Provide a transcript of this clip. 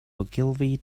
ogilvy